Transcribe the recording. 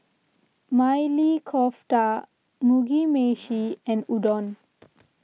Maili Kofta Mugi Meshi and Udon